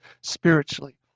spiritually